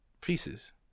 pieces